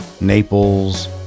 Naples